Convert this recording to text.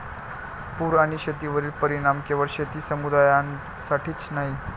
पूर आणि शेतीवरील परिणाम केवळ शेती समुदायासाठीच नाही